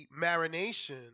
marination